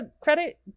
credit